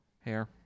hair